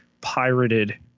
pirated